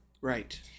Right